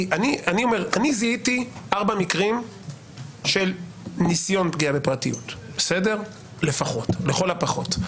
אני זיהיתי ארבעה מקרים של ניסיון פגיעה בפרטיות לכל הפחות.